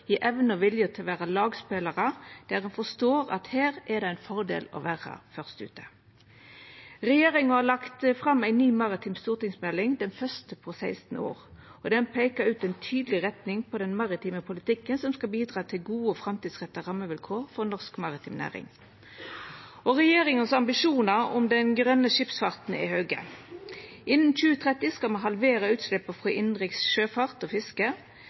i evna og viljen til å vera lagspelarar, der ein forstår at her er det ein fordel å vera først ute. Regjeringa har lagt fram ei ny maritim stortingsmelding, den første på 16 år. Ho peiker ut ei tydeleg retning for den maritime politikken, som skal bidra til gode og framtidsretta rammevilkår for norsk maritim næring. Regjeringas ambisjonar for grøn skipsfart er høge. Innan 2030 skal me halvera utsleppa frå innanriks sjøfart og fiske.